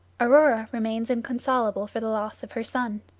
aurora remains inconsolable for the loss of her son.